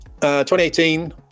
2018